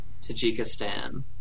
Tajikistan